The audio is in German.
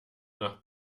nach